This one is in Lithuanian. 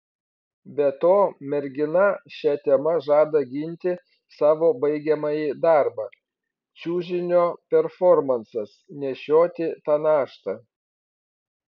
be to mergina šia tema žada ginti savo baigiamąjį darbą čiužinio performansas nešioti tą naštą